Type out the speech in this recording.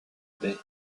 bey